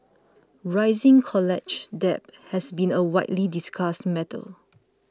rising college debt has been a widely discussed matter